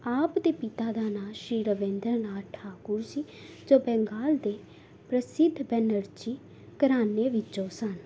ਆਪ ਦੇ ਪਿਤਾ ਦਾ ਨਾਂ ਸ਼੍ਰੀ ਰਵਿੰਦਰ ਨਾਥ ਠਾਕੁਰ ਸੀ ਜੋ ਬੰਗਾਲ ਦੇ ਪ੍ਰਸਿੱਧ ਬੈਨਰਜੀ ਘਰਾਣੇ ਵਿੱਚੋਂ ਸਨ